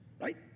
right